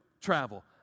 travel